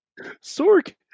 Sork